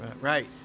Right